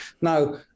Now